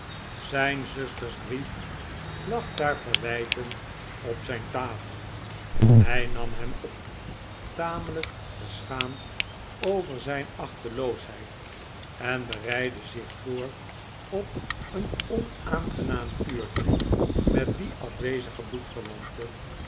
zijn zusters brief lag daar verwijtend op zijn tafel hij nam hem op tamelijk beschaamd over zijn achteloosheid en bereidde zich voor op een onaangenaam uurtje met die afwezige